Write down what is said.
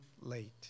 late